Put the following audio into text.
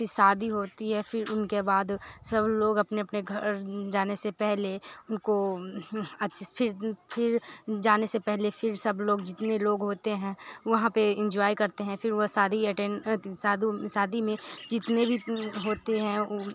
फिर शादी होती है फिर उनके बाद सब लोग अपने अपने घर जाने से पहले उनको अच्छे से फिर जाने से पहले फिर सब लोग जितने लोग होते हैं वहाँ पर इंजॉय करते हैं फिर वो शादी अटेंड तो सादु शादी में जितने भी होते हैं वो